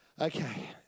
Okay